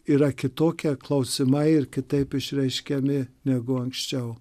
yra kitokie klausimai ir kitaip išreiškiami negu anksčiau